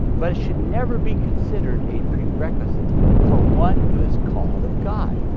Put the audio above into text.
but it should never be considered a prerequisite for one who is called of god.